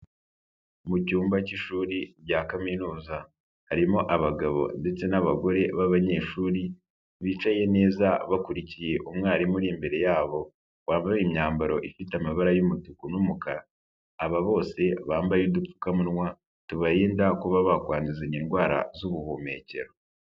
Mu cyumba cy'ishuri rya kaminuza harimo abagabo ndetse n'abagore b'abanyeshuri bicaye neza bakurikiye umwarimu uri imbere yabo, wambaye imyambaro ifite amabara y'umutuku n'umukara, aba bose bambaye udupfukamunwa tubarinda kuba bakwanduzanya indwara z'ubuhumekero.